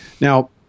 Now